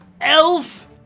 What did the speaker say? Elf